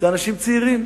זה אנשים צעירים.